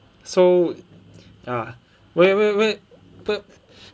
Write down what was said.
so ah wait wait wait wai~